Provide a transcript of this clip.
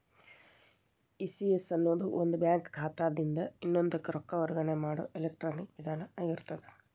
ECS ಅನ್ನೊದು ಒಂದ bank ಖಾತಾದಿನ್ದ ಇನ್ನೊಂದಕ್ಕ ರೊಕ್ಕ ವರ್ಗಾವಣೆ ಮಾಡೊ ಎಲೆಕ್ಟ್ರಾನಿಕ್ ವಿಧಾನ ಆಗಿರ್ತದ